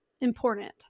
important